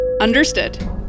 Understood